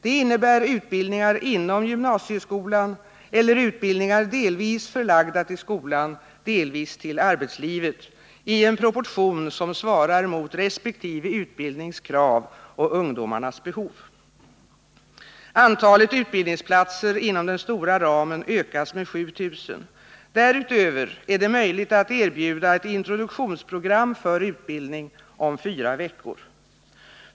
Det innebär utbildningar inom gymnasieskolan eller utbildningar förlagda delvis till skolan, delvis till arbetslivet i en proportion som svarar mot resp. utbildnings krav och ungdomarnas behov. Antalet utbildningsplatser inom den stora ramen ökas med 7000. Därutöver är det möjligt att erbjuda ett introduktionsprogram för utbildning om fyra veckor.